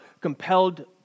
compelled